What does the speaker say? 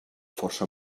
força